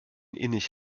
innig